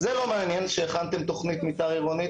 זה לא מעניין שהכנתם תוכנית מתאר עירונית.